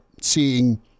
seeing